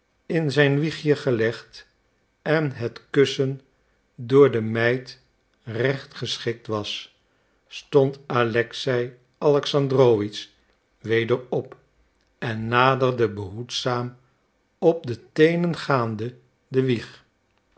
in zijn wiegje gelegd en het kussen door de meid terecht geschikt was stond alexei alexandrowitsch weder op en naderde behoedzaam op de teenen gaande de wieg